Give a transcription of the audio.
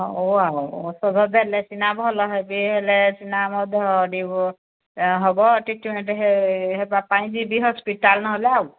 ହଁ ଆଉ ଔଷଧ ଦେଲେ ସିନା ଭଲ ହେବି ହେଲେ ସିନା ମଧ୍ୟ ହେବ ଟ୍ରିଟମେଣ୍ଟ ହେବା ପାଇଁ ଯିବି ହସ୍ପିଟାଲ ନହେଲେ ଆଉ